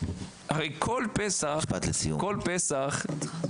הרי כל פסח --- משפט לסיום.